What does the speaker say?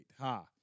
Ha